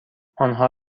آنها